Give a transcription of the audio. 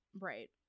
right